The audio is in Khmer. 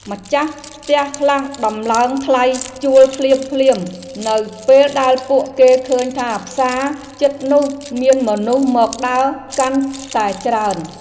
ម្ចាស់ផ្ទះខ្លះដំឡើងថ្លៃជួលភ្លាមៗនៅពេលដែលពួកគេឃើញថាផ្សារជិតនោះមានមនុស្សមកដើរកាន់តែច្រើន។